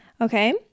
Okay